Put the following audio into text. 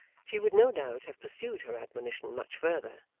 she would no doubt have pursued her admonition much further,